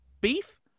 beef